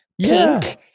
Pink